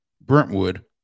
Brentwood